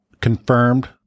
Confirmed